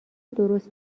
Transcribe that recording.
درست